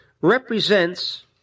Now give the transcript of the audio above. represents